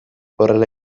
horrela